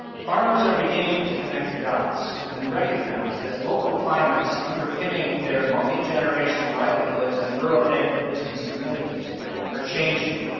farmers are beginning to connect the dots and recognize that local climates underpinning their multi-generational livelihoods and rural agri-business communities are changing.